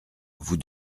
vous